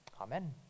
Amen